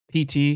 PT